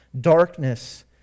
darkness